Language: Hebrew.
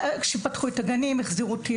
כשחזרו הגנים החזירו אותי